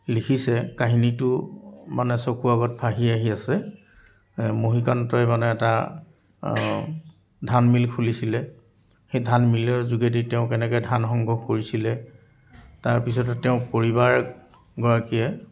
লিখিছে কাহিনীটো মানে চকুৰ আগত ভাঁহি আহি আছে মুহিকান্তই মানে এটা ধান মিল খুলিছিলে সেই ধান মিলৰ যোগেদি তেওঁ কেনেকৈ ধান সংগ্ৰহ কৰিছিলে তাৰপিছতে তেওঁৰ পৰিবাৰগৰাকীয়ে